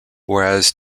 whereas